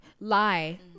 lie